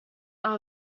are